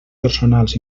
personals